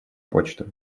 почту